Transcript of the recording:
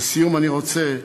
לסיום אני רוצה,